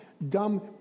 Dumb